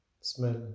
smell